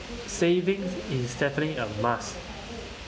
savings in definitely a must